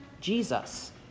Jesus